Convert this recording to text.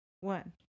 one